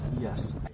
Yes